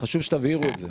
חשוב שתבהירו את זה.